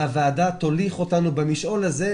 הוועדה תוליך אותנו במשעול הזה,